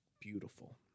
beautiful